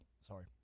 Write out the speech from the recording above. Sorry